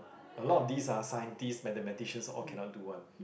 a lot of these ah Scientist Mathematicians all cannot do [one]